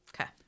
Okay